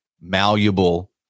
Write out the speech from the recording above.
malleable